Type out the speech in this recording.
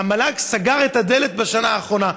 המל"ג סגר את הדלת בשנה האחרונה.